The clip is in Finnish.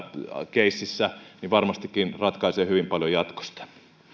casessa varmastikin ratkaisee hyvin paljon jatkosta